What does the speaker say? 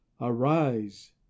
arise